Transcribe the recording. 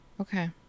Okay